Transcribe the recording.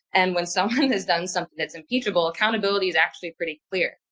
and when someone has done something that's impeachable accountability is actually pretty clear.